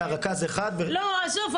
היה רכז אחד --- לא עזוב,